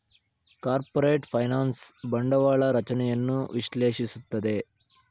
corporate finance ಬಂಡವಾಳ ರಚನೆಯನ್ನು ವಿಶ್ಲೇಷಿಸುತ್ತದೆ